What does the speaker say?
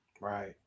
Right